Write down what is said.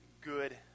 good